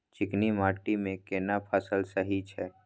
चिकनी माटी मे केना फसल सही छै?